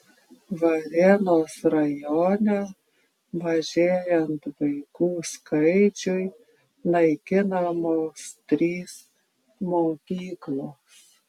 varėnos rajone mažėjant vaikų skaičiui naikinamos trys mokyklos